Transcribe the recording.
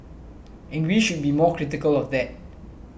and we should be more critical of that